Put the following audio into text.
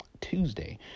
Tuesday